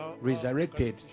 resurrected